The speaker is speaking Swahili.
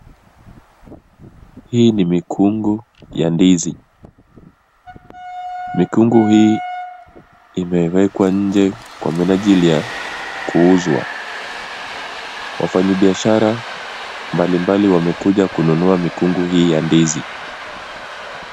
Hii ni mikungu ya ndizi. Mikungu hii imewekwa nje kwa minajili ya kuuzwa. Wafanyibiashara mbalimbali wamekuja kununua mikungu hii ya ndizi.